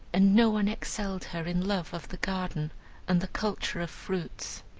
and no one excelled her in love of the garden and the culture of fruit.